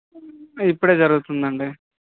ఇప్పుడే జరుగుతుందండి